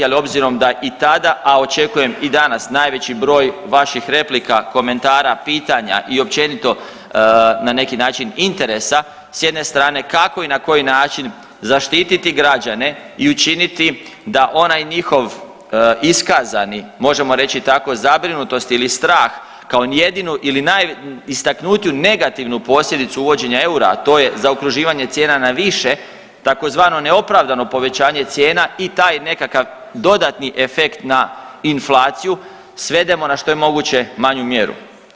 Ali obzirom da i tada, a očekujem i danas najveći broj vaših replika, komentara, pitanja i općenito na neki način interesa sa jedne strane kako i na koji način zaštititi građane i učiniti da onaj njihov iskazani, mogu reći tako zabrinutost ili strah kao jedinu ili najistaknutiju negativnu posljedicu uvođenja eura, a to je zaokruživanje cijena na više, tzv. neopravdano povećanje cijena i taj nekakav dodatni efekt na inflaciju svedemo na što je moguće manju mjeru.